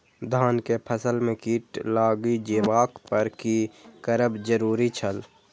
धान के फसल में कीट लागि जेबाक पर की करब जरुरी छल?